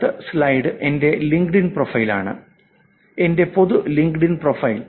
അടുത്ത സ്ലൈഡ് എന്റെ LinkedIn profile ആണ് എന്റെ പൊതു ലിങ്ക്ഡ്ഇൻ പ്രൊഫൈൽ